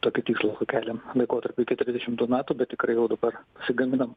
tokį tikslą keliam laikotarpiu iki trisdešimtų metų bet tikrai jau dabar pasigaminam